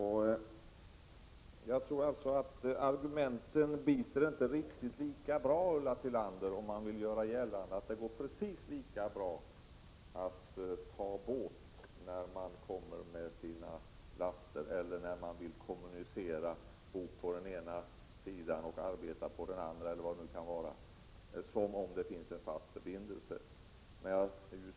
Jag tror alltså att de argumenten inte biter särskilt bra, Ulla Tillander, om man nu vill göra gällande att det går precis lika bra att ta båten för lastfordonen eller för dem som vill kommunicera med båda länderna —t.ex. de som vill bo på den ena sidan och arbeta på den andra — som att använda sig av en fast förbindelse.